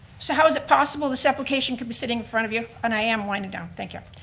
so how is it possible this application could be sitting in front of you, and i am winding down, thank you.